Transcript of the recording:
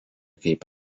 kaip